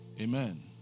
Amen